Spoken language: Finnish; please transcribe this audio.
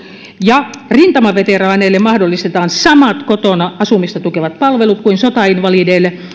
ja rintamaveteraaneille mahdollistetaan samat kotona asumista tukevat palvelut kuin sotainvalideille